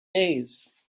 days